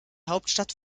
hauptstadt